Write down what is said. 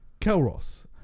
Kelros